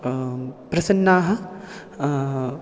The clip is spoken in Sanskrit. प्रसन्नाः